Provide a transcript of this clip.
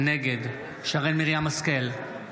נגד שרן מרים השכל,